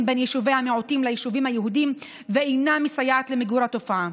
בין יישובי המיעוטים ליישובים היהודיים ואינה מסייעת במיגור התופעה.